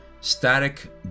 static